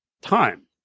time